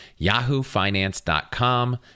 yahoofinance.com